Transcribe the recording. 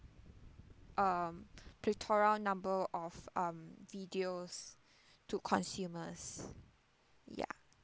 um plethora number of um videos to consumers ya